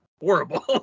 horrible